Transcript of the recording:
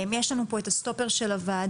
יש לנו פה את הסטופר של הועדה,